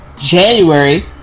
January